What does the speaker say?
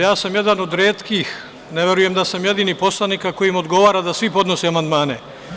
Ja sam jedan od retkih, ne verujem da sam jedini poslanik kojem odgovara da svi podnose amandmane.